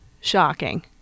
shocking